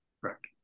Correct